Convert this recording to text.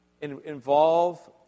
involve